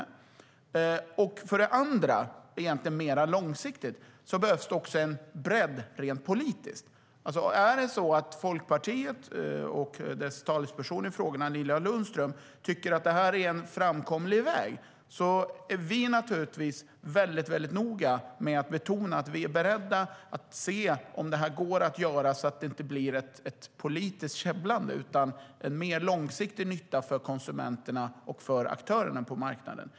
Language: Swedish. Det behövs också - det är egentligen mer långsiktigt - en bredd rent politiskt. Om Folkpartiet och dess talesperson i frågorna, Nina Lundström, tycker att detta är en framkomlig väg är vi naturligtvis väldigt noga med att betona att vi är beredda att se om det här går att göra så att det inte blir ett politiskt käbblande utan en mer långsiktig nytta för konsumenterna och för aktörerna på marknaden.